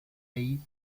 ahí